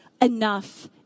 enough